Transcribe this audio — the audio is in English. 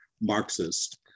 Marxist